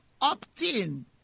opt-in